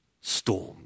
storm